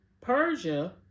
Persia